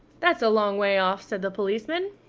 that's a long way off, said the policeman.